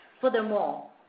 Furthermore